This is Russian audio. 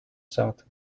сад